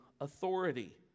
authority